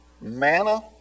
manna